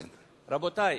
רבותי,